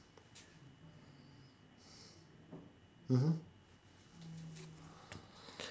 mmhmm